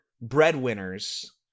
Breadwinners